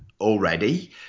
already